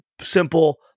simple